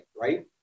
right